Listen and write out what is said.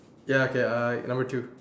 ya okay uh number two